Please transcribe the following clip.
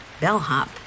Bellhop